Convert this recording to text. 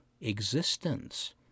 existence